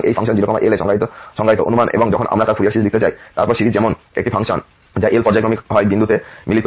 সুতরাং এই function 0L এ সংজ্ঞায়িত অনুমান এবং যখন আমরা তার ফুরিয়ার সিরিজ লিখতে চাই তারপর সিরিজ যেমন একটি ফাংশন যা L পর্যায়ক্রমিক হয় বিন্দুতে মিলিত 0L এ করবে